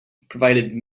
provided